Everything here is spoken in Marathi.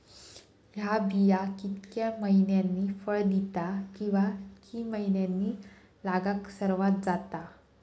हया बिया कितक्या मैन्यानी फळ दिता कीवा की मैन्यानी लागाक सर्वात जाता?